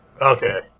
Okay